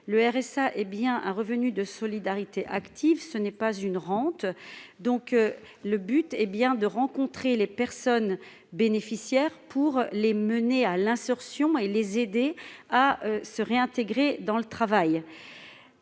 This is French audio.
Le RSA est bien un revenu de solidarité active : ce n'est pas une rente. Le but est bien de rencontrer les personnes bénéficiaires pour les guider et les aider à se réinsérer par le travail.